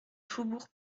faubourg